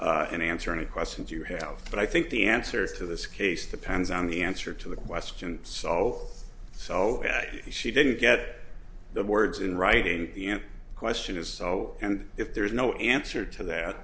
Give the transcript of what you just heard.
in answer any questions you have but i think the answers to this case the pen's on the answer to the question so so she didn't get the words in writing the question is so and if there is no answer to th